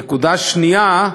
נקודה שנייה: